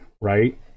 right